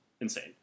insane